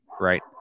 right